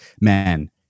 man